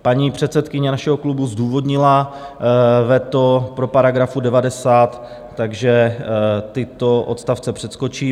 Paní předsedkyně našeho klubu zdůvodnila veto podle § 90, takže tyto odstavce přeskočím.